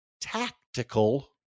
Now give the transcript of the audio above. tactical